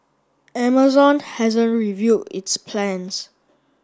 Amazon hasn't revealed its plans